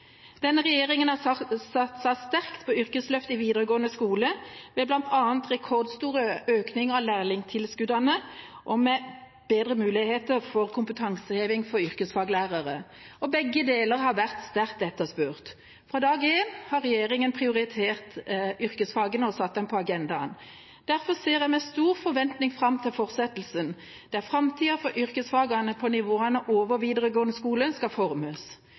Denne regjeringa har satset sterkt på yrkesløft i videregående skole med bl.a. rekordstore økninger av lærlingtilskuddene og med bedre muligheter for kompetanseheving for yrkesfaglærere. Begge deler har vært sterkt etterspurt. Fra dag én har regjeringa prioritert yrkesfagene og satt dem på agendaen. Derfor ser jeg med stor forventning fram til fortsettelsen, der framtida for yrkesfagene på nivåene over videregående skole skal